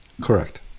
Correct